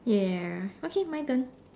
ya okay my turn